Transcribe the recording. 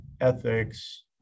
ethics